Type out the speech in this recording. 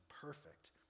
perfect